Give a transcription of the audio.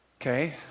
Okay